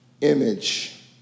image